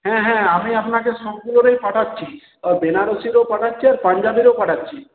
হ্যাঁ হ্যাঁ আমি আপনাকে সবগুলোরই পাঠাচ্ছি ও বেনারসিরও পাঠাচ্ছি আর পাঞ্জাবীরও পাঠাচ্ছি